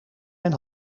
mijn